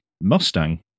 Mustang